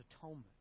atonement